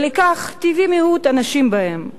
ולכן טבעי מיעוט הנשים בהם.